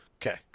Okay